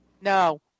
No